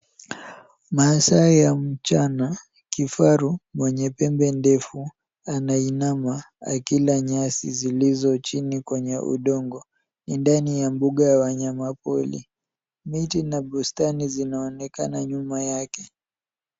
Masaa ya mchana, kifaru mwenye pembe ndefu, anainama akila nyasi zilizo chini kwenye udongo ndani ya bunga ya wanyama pori. Miti na bustani zinaonekana nyuma yake.